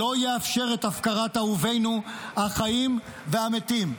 לא יאפשר את הפקרת אהובינו החיים והמתים.